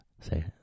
Say